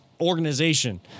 organization